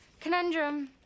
Conundrum